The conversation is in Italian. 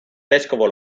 vescovo